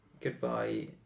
Goodbye